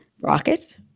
rocket